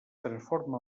transforma